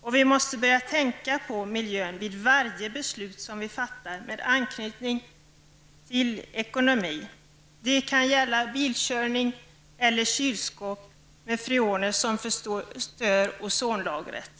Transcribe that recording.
och vi måste börja tänka på miljön vid vartenda beslut som vi fattar med anknytning till ekonomi, det kan gälla bilkörning eller kylskåp med freoner som förstör ozonlagret.''